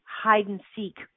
hide-and-seek